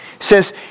says